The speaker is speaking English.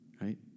right